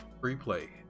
FreePlay